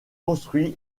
construit